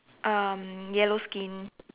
um yellow skin